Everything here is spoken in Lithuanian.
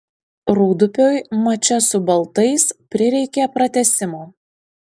rūdupiui mače su baltais prireikė pratęsimo